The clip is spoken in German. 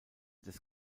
des